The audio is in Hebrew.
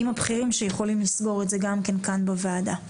עם הבכירים שיכולים לסגור את זה גם כן כאן בוועדה.